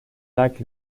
lac